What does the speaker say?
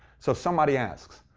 so somebody asked,